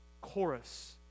chorus